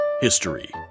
History